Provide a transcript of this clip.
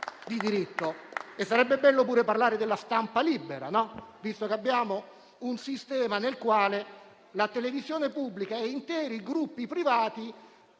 di diritto. Sarebbe altresì bello parlare della stampa libera, visto che abbiamo un sistema nel quale la televisione pubblica e interi gruppi privati,